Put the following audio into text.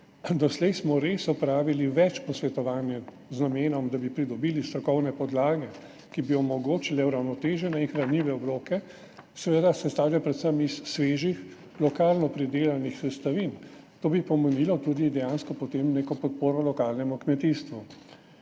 Doslej smo res opravili več posvetovanj z namenom, da bi pridobili strokovne podlage, ki bi omogočile uravnotežene in hranljive obroke, seveda sestavljene predvsem iz svežih, lokalno pridelanih sestavin. To bi pomenilo tudi dejansko potem neko podporo lokalnemu kmetijstvu.